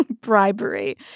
bribery